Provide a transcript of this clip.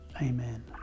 Amen